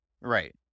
Right